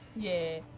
yeah,